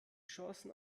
chancen